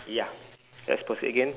ya let's pause it again